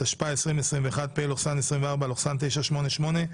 התשפ"א-2021 (פ/988/24),